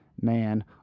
man